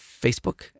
Facebook